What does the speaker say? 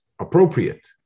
appropriate